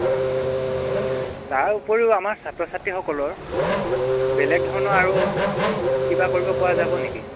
হয় হয় তাৰ উপৰিও আমাৰ ছাত্ৰ ছাত্ৰীসকলৰ বেলেগ ধৰণৰ আৰু কিবা কৰিব পৰা যাব নেকি